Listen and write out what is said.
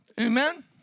Amen